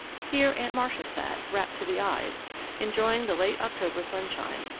here aunt marcia sat, wrapped to the eyes enjoying the late october sunshine,